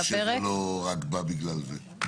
קיוויתי שזה לא בא רק בגלל זה.